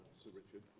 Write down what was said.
sir richard,